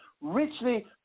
richly